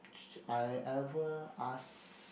ch~ I ever ask